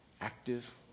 active